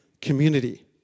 community